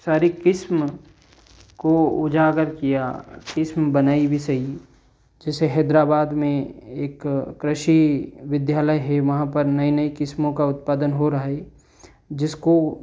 सारी किस्म को उजागर किया किस्म बनाई भी सही जैसे हैदराबाद में एक कृषि विद्यालय है वहाँ पर नई नई किस्मों का उत्पादन हो रहा है जिसको